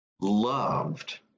loved